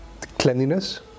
Cleanliness